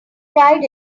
tried